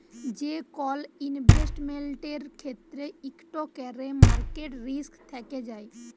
যে কল ইলভেসেটমেল্টের ক্ষেত্রে ইকট ক্যরে মার্কেট রিস্ক থ্যাকে যায়